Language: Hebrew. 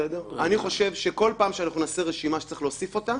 רציתי שיהיה נניח חמש שנים אחרונות,